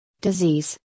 disease